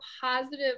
positive